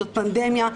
זאת פנדמיה.